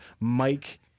Mike